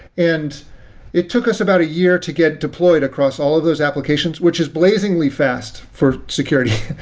and it took us about a year to get deployed across all of those applications, which is blazingly fast for security.